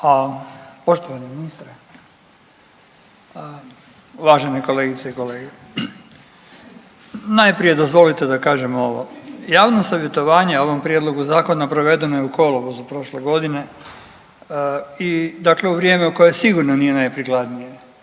Poštovani ministre, uvažene kolegice i kolege najprije dozvolite da kažem ovo. Javno savjetovanje o ovom prijedlogu zakona provedeno je u kolovozu prošle godine, dakle u vrijeme koje sigurno nije najprikladnije